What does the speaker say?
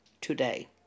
today